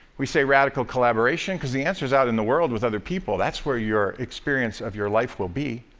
we say radical collaboration because the answer's out in the world with other people. that's where your experience of your life will be.